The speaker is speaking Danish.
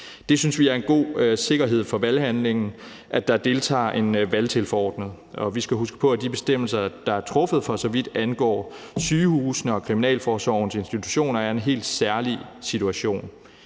det giver en god sikkerhed i forbindelse med valghandlingen, at der deltager en valgtilforordnet. Og vi skal huske på, at de bestemmelser, der er truffet, for så vidt angår sygehusene og kriminalforsorgens institutioner, gælder en helt særlig situation;